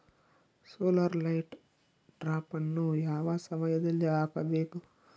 Solar light ಟ್ರಾಪನ್ನು ಯಾವ ಸಮಯದಲ್ಲಿ ಹಾಕಬೇಕು?